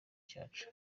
cyacu